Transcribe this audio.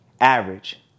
average